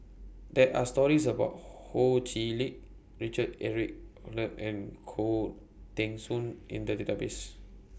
There Are stories about Ho Chee Lick Richard Eric Holttum and Khoo Teng Soon in The Database